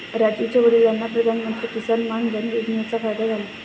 राजीवच्या वडिलांना प्रधानमंत्री किसान मान धन योजनेचा फायदा झाला